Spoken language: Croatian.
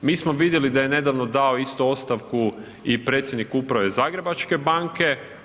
Mi smo vidjeli da je nedavno dao isto ostavku i predsjednik Uprave Zagrebačke banke.